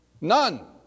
None